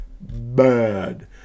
bad